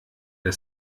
der